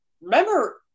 remember